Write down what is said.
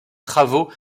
travaux